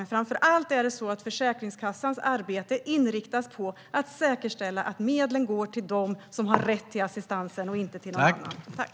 Men Försäkringskassans arbete inriktas framför allt på att säkerställa att medlen går till dem som har rätt till assistans och inte till någon annan.